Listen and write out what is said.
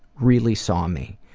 really saw me,